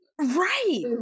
right